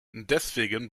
deswegen